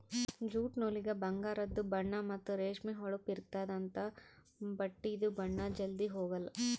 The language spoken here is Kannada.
ಜ್ಯೂಟ್ ನೂಲಿಗ ಬಂಗಾರದು ಬಣ್ಣಾ ಮತ್ತ್ ರೇಷ್ಮಿ ಹೊಳಪ್ ಇರ್ತ್ತದ ಅಂಥಾ ಬಟ್ಟಿದು ಬಣ್ಣಾ ಜಲ್ಧಿ ಹೊಗಾಲ್